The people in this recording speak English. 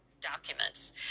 documents